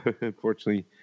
Unfortunately